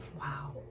wow